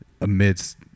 amidst